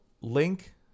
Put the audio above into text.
link